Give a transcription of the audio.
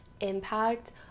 impact